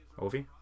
Ovi